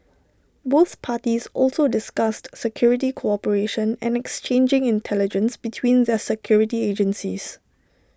both parties also discussed security cooperation and exchanging intelligence between their security agencies